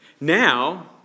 Now